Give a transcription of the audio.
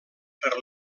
per